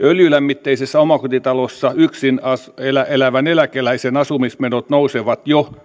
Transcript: öljylämmitteisessä omakotitalossa yksin elävän elävän eläkeläisen asumismenot nousevat jo